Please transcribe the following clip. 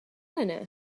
eleanor